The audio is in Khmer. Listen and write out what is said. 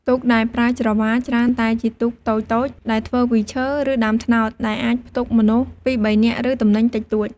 ទូកដែលប្រើច្រវាច្រើនតែជាទូកតូចៗដែលធ្វើពីឈើ ឬដើមត្នោត ដែលអាចផ្ទុកមនុស្សពីរបីនាក់ ឬទំនិញតិចតួច។